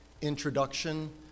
introduction